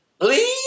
Please